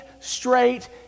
straight